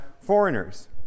foreigners